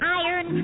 iron